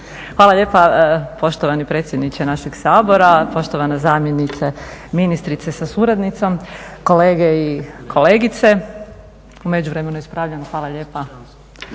Hvala lijepa poštovani predsjedniče našeg Sabora, poštovana zamjenice ministre sa suradnicom, kolege i kolegice. …/Upadica se ne čuje./… U međuvremenu ispravljam, hvala lijepa.